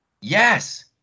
Yes